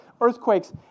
earthquakes